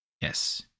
yes